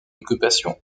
occupation